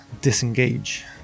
disengage